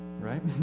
right